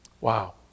Wow